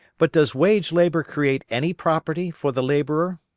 but does wage-labour create any property for the labourer?